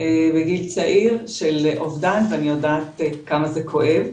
בגיל צעיר של אובדן, ואני יודעת כמה זה כואב.